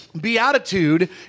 beatitude